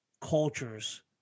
cultures